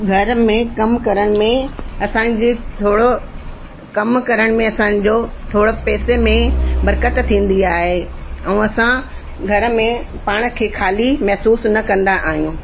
घर में कमु करण में असांजी थोरो कमु करण में असांजो थोरो पैसे में बरकत थींदी आहे ऐं असां घर में पाण खे ख़ाली महिसूसु न कंदा आहियूं